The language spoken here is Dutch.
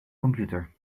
computer